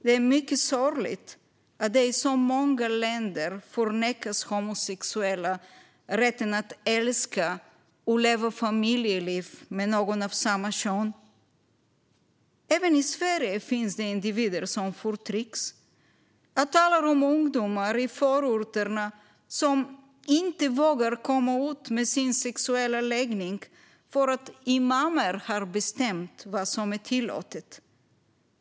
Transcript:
Det är mycket sorgligt att homosexuella i så många länder förnekas rätten att älska och leva familjeliv med någon av samma kön. Även i Sverige finns det individer som förtrycks. Jag talar om ungdomar i förorterna som inte vågar komma ut med sin sexuella läggning på grund av att imamer har bestämt vad som är tillåtet.